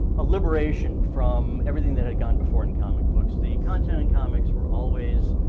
a liberation from everything that had gone before in comic books. the content in comics were always